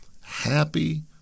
Happy